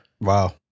wow